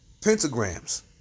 pentagrams